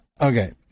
Okay